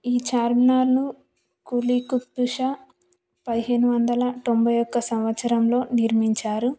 ఈ ఛార్మినార్ను కులీ కుతుబ్ షా పదిహేను వందల తొంభై ఒక సంవత్సరంలో నిర్మించారు